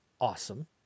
awesome